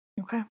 Okay